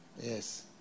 Yes